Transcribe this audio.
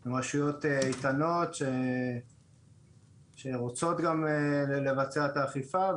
הן רשויות איתנות שרוצות גם לבצע את האכיפה.